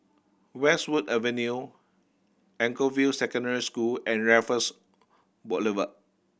Westwood Avenue Anchorvale Secondary School and Raffles Boulevard